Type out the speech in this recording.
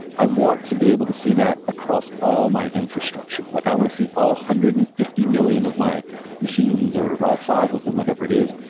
i want to be able to see that across all my infrastructure. like i want to see all one hundred and fifty million of my machines, or all five of them, whatever it is,